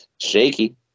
Shaky